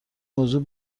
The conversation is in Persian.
موضوع